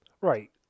right